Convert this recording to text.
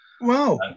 Wow